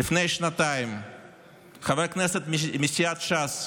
לפני שנתיים חבר כנסת מסיעת ש"ס